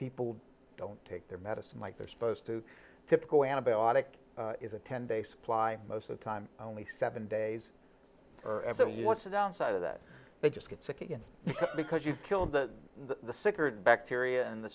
people don't take their medicine like they're supposed to typical antibiotic is a ten day supply most of the time only seven days what's the downside of that they just get sick again because you kill the the sicard bacteria and the